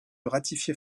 ratifier